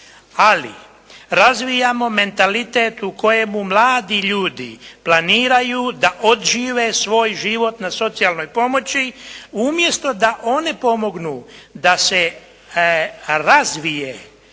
Ali, razvijamo mentalitet u kojemu mladi ljudi planiraju da odžive svoj život na socijalnoj pomoći umjesto da one pomognu da se razvije